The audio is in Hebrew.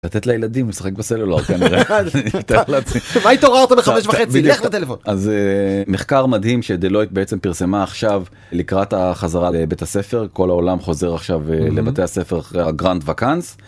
לתת לילדים לשחק בסלולר כנראה... אני מתאר לעצמי -למה התעוררת בחמש וחצי? לך לטלפון! -אז מחקר מדהים שדלויט בעצם פרסמה עכשיו, לקראת החזרה לבית הספר, כל העולם חוזר עכשיו לבתי הספר אחרי הגרנד ווקאנס.